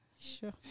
Sure